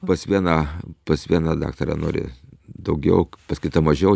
pas vieną pas vieną daktarą nori daugiau pas kitą mažiau